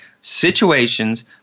situations